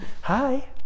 hi